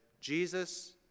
Jesus